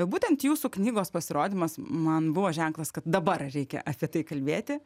būtent jūsų knygos pasirodymas man buvo ženklas kad dabar reikia apie tai kalbėti